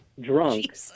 drunk